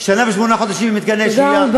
שנה ושמונה חודשים במתקני שהייה, תודה רבה.